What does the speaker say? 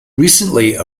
recently